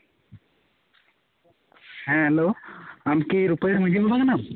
ᱦᱮᱸ ᱦᱮᱞᱳ ᱟᱢ ᱠᱤ ᱨᱩᱯᱟᱹᱭ ᱢᱟᱺᱡᱷᱤ ᱵᱟᱵᱟ ᱠᱟᱱᱟᱢ